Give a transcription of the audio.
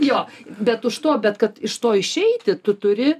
jo bet už to bet kad iš to išeiti tu turi